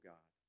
God